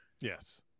yes